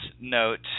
note